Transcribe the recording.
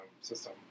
system